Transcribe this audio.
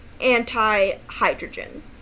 anti-hydrogen